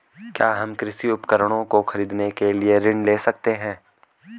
क्या हम कृषि उपकरणों को खरीदने के लिए ऋण ले सकते हैं?